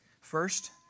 First